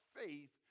faith